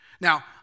Now